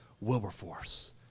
Wilberforce